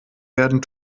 werden